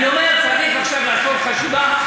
אני אומר שצריך עכשיו לעשות חשיבה.